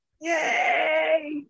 Yay